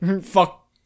fuck